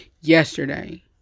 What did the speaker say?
Yesterday